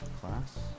class